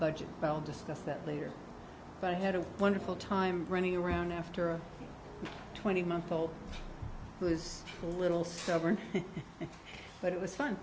budget well discuss that later but i had a wonderful time running around after a twenty month old who is a little stubborn but it was fun